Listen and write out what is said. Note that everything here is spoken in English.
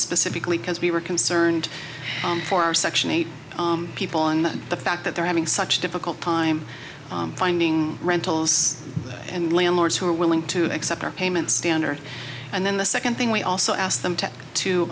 specifically because we were concerned for our section eight people and the fact that they're having such a difficult time finding rentals and landlords who are willing to accept our payment standard and then the second thing we also ask them to